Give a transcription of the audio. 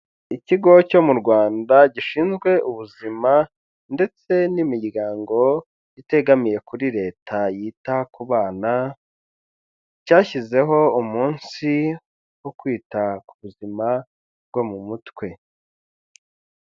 Ikigo cyo mu Rwanda gishinzwe ubuzima ndetse n'imiryango itegamiye kuri leta yita ku bana, cyashyizeho umunsi wo kwita ku buzima bwo mu mutwe.